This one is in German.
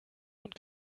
und